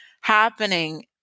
happening